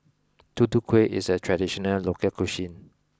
Tutu Kueh is a traditional local cuisine